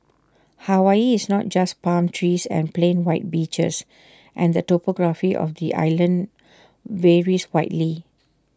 Hawaii is not just palm trees and plain white beaches and the topography of the islands varies widely